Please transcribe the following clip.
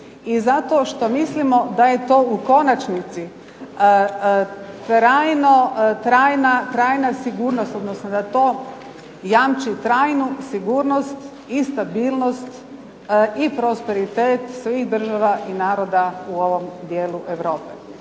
i zato što mislimo da je to u konačnici trajna sigurnost, odnosno da to jamči trajnu sigurnost i stabilnost i prosperitet svih država i naroda u ovom dijelu Europe.